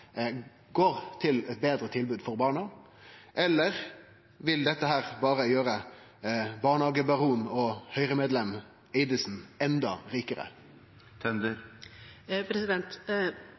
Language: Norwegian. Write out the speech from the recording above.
går til eit betre tilbod for barna, eller vil dette berre gjere barnehagebaron og Høyre-medlem Eidissen enda rikare?